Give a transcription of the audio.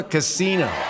Casino